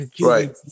Right